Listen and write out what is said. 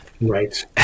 Right